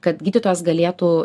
kad gydytojas galėtų